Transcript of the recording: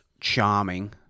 charming